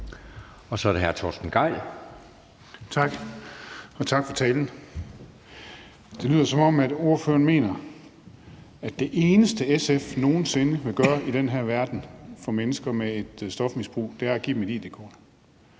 Gejl. Kl. 20:31 Torsten Gejl (ALT): Tak, tak for talen. Det lyder, som om ordføreren mener, at det eneste, SF nogen sinde vil gøre i den her verden for mennesker med et stofmisbrug, er at give dem et id-kort.